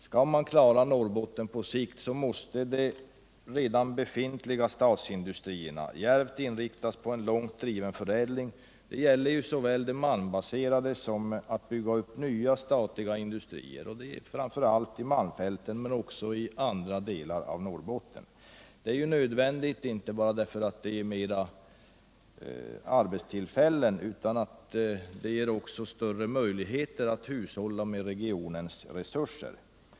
Skall man klara Norrbotten på sikt måste de redan befintliga statliga industrierna djärvt inriktas på en långt driven förädling. Det gäller såväl de malmbaserade industrierna som nya statliga industrier, framför allt i malmfälten men också i andra delar av Norrbotten. Detta är nödvändigt inte bara därför att det ger fler arbetstillfällen utan också därför att det ger större möjligheter att hushålla med regionens resurser.